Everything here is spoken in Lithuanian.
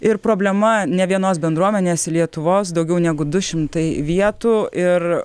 ir problema ne vienos bendruomenės lietuvos daugiau negu du šimtai vietų ir